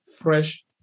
Fresh